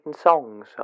songs